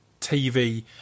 tv